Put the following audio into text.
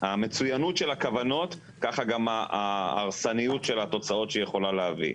המצוינות של הכוונות כך גם ההרסניות של התוצאות שהיא יכולה להביא.